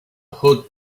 hood